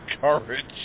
courage